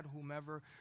whomever